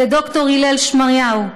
לד"ר הלל שמריהו,